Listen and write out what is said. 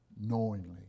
knowingly